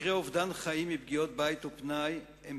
מקרי אובדן חיים מפגיעות בית ופנאי הם